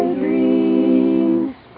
dreams